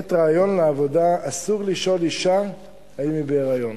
בעת ריאיון עבודה אסור לשאול אשה אם היא בהיריון.